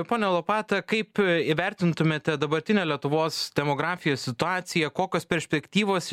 pone lopata kaip įvertintumėte dabartinę lietuvos demografijos situaciją kokios perspektyvos